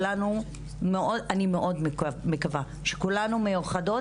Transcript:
אני מקווה מאוד שכולנו מאוחדות,